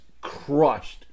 crushed